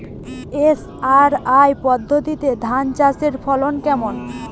SRI পদ্ধতি ধান চাষের ফলন কেমন?